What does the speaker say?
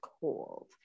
cold